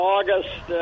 August